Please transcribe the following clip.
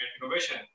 innovation